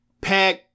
pack